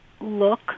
look